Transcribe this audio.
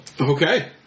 Okay